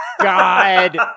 God